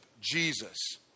Jesus